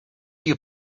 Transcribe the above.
you